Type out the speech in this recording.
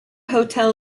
hotel